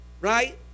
right